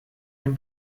ein